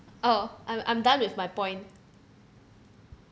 oh I'm I'm done with my point